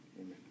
amen